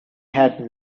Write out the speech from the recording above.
had